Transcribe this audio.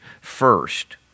first